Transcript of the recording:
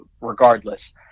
regardless